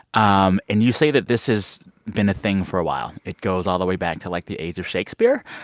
um and you say that this has been a thing for a while. it goes all the way back to, like, the age of shakespeare.